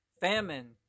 Famine